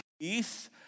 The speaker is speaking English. peace